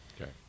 Okay